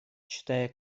читая